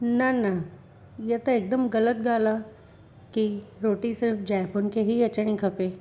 न न ईअं त हिकदमि ग़लति ॻाल्हि आहे की रोटी सिर्फ़ु जाइफुनि खे ई अचणी खपे